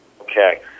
Okay